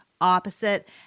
opposite